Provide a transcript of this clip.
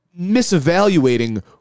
misevaluating